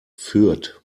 fürth